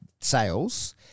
sales